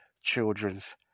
Children's